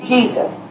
Jesus